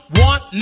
want